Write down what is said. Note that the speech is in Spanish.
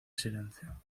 silencio